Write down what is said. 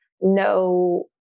no